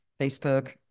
Facebook